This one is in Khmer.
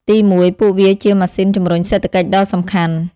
ទីមួយ ពួកវាជាម៉ាស៊ីនជំរុញសេដ្ឋកិច្ចដ៏សំខាន់។